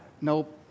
Nope